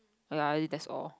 ya that's all